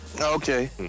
Okay